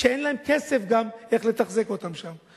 כשאין להם כסף איך לתחזק אותם שם.